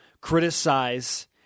criticize